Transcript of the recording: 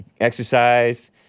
Exercise